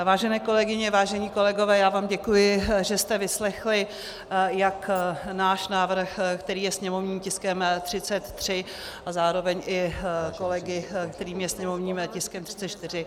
Vážené kolegyně, vážení kolegové, já vám děkuji, že jste vyslechli jak náš návrh, který je sněmovním tiskem 33, a zároveň i kolegy, který je sněmovním tiskem 34.